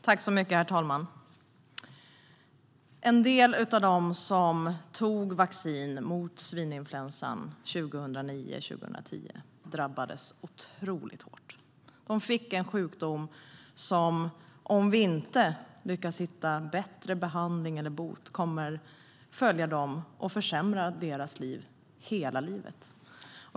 Herr talman! En del av dem som tog vaccin mot svininfluensan 2009-2010 drabbades otroligt hårt. De fick en sjukdom som, om vi inte lyckas hitta bättre behandling eller bot emot den, kommer att följa dem och försämra deras liv - hela livet.